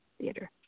Theater